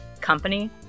company